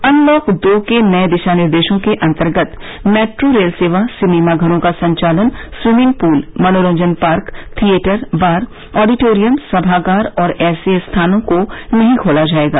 unlock दो के नए दिशानिर्देशों के अंतर्गत मेट्रो रेल सेवा सिनेमाघरों का संचालन स्विमिंग पूल मनोरंजन पार्क थिएटर बार ऑडिटोरियम सभागार और ऐसे स्थानों को नहीं खोला जाएगा